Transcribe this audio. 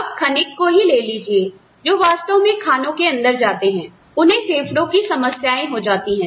अब खनिकको ही ले लीजिए जो वास्तव में खानों के अंदर जाते हैंउन्हें फेफड़ों की समस्याएं हो जाती हैं